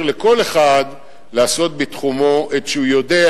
לכל אחד לעשות בתחומו את שהוא יודע,